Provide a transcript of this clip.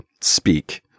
speak